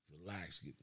Relax